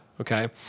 Okay